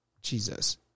jesus